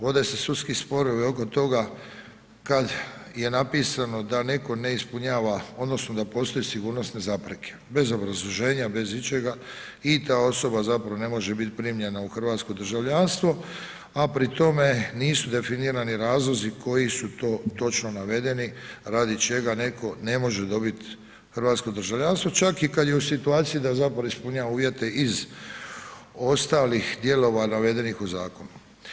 Vode se sudski sporovi oko toga kad je napisano da netko ne ispunjava odnosno da postoje sigurnosne zapreke bez obrazloženja, bez ičega i ta osoba zapravo ne može biti primljena u hrvatsko državljanstvo a pri tome nisu definirani razlozi koji su to točno navedeni radi čega netko ne može dobiti hrvatsko državljanstvo, čak i kad je u situaciji da zapravo ispunjava uvjete iz ostalih dijelova navedenih u zakonu.